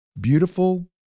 beautiful